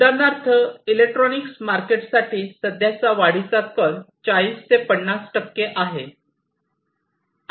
उदाहरणार्थ इलेक्ट्रॉनिक्स मार्केटसाठी सध्याच्या वाढीचा कल 40 ते 50 टक्के आहे